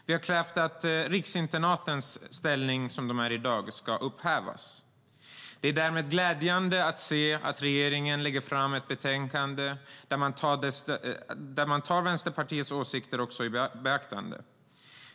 Vi har krävt att riksinternatens ställning som den är i dag ska upphävas. Det är därför glädjande att se att regeringen lägger fram ett förslag där man tar Vänsterpartiets åsikter i beaktande.